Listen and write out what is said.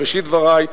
בראשית דברי,